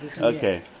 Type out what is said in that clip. Okay